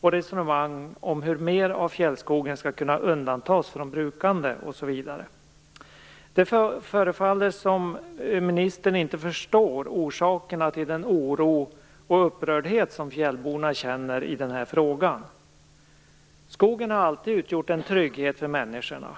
och resonemang om hur mer av fjällskogen skall kunna undantas från brukande osv. Det förefaller som ministern inte förstår orsakerna till den oro och upprördhet som fjällborna känner i den här frågan. Skogen har alltid utgjort en trygghet för människorna.